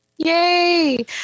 Yay